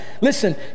Listen